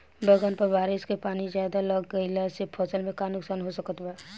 बैंगन पर बारिश के पानी ज्यादा लग गईला से फसल में का नुकसान हो सकत बा?